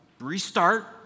restart